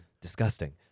disgusting